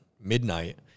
midnight